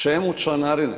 Čemu članarine?